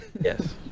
Yes